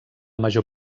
major